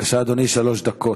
בבקשה, אדוני, שלוש דקות.